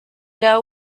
era